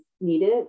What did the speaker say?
needed